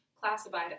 classified